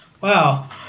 Wow